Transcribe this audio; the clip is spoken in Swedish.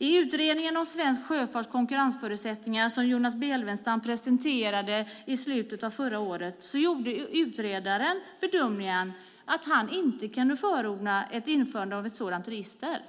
I utredningen Svensk sjöfarts konkurrensförutsättningar , som Jonas Bjelfvenstam presenterade i slutet av förra året, gjorde utredaren bedömningen att han inte kunde förorda ett införande av ett sådant register.